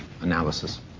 analysis